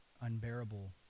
unbearable